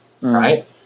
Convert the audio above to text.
right